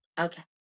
okay